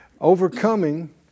Overcoming